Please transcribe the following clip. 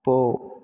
போ